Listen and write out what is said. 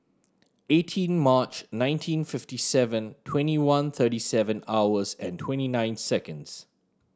eighteen March nineteen fifty seven twenty one thirty seven hours and twenty nine seconds